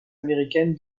américaine